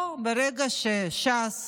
פה, ברגע שש"ס